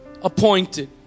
appointed